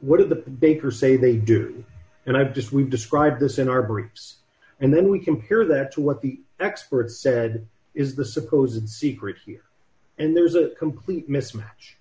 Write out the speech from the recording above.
what are the baker say they do and i've just we've described this in our bricks and then we compare that to what the experts said is the supposed secrets here and there's a complete mismatch